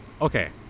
okay